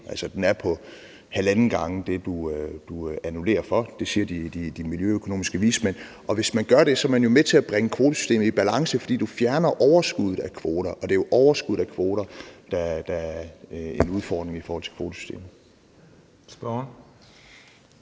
den er halvanden gang af det, du annullerer for; det siger de miljøøkonomiske vismænd. Og hvis man gør det, er man med til at bringe kvotesystemet i balance, fordi man fjerner overskuddet af kvoter, og det er jo overskuddet af kvoter, der er en udfordring i forhold til kvotesystemet. Kl.